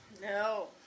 No